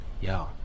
yo